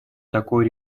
такой